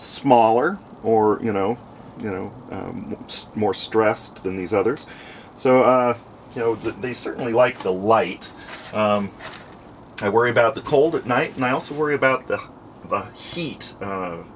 smaller or you know you know more stressed than these others so you know they certainly like the light i worry about the cold at night and i also worry about the heat